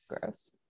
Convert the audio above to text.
gross